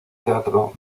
teatro